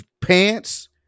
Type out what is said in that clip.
pants